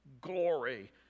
glory